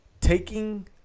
taking